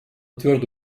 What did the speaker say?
твердо